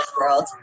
world